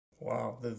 Wow